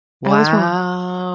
Wow